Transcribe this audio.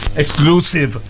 exclusive